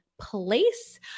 place